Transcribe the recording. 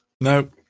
no